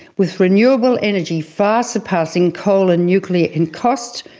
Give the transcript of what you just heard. with renewable energy far surpassing coal and nuclear in cost,